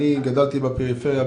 אני גדלתי בפריפריה,